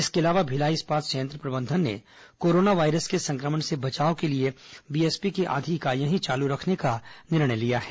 इसके अलावा भिलाई इस्पात संयंत्र प्रबंधन ने कोरोना वायरस के संक्रमण से बचाव के लिए बीएसपी की आधी इकाईयां ही चालू रखने का निर्णय लिया है